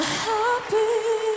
happy